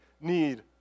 need